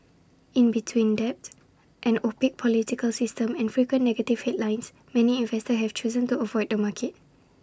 in between debt an opaque political system and frequent negative headlines many investors have chosen to avoid the market